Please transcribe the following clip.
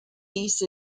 east